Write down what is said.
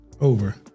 over